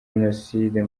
jenoside